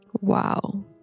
Wow